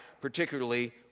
particularly